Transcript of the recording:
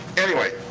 anyway.